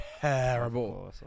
terrible